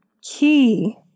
key